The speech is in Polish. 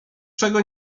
czego